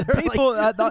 People